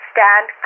Stand